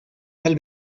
tal